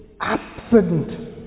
absent